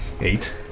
Eight